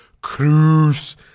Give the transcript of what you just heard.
cruise